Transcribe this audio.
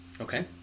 Okay